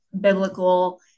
biblical